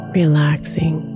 relaxing